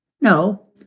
No